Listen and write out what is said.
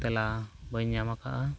ᱛᱮᱞᱟ ᱵᱟᱹᱧ ᱧᱟᱢ ᱠᱟᱜᱼᱟ